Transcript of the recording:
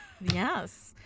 Yes